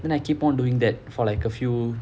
then I keep on doing that for like a few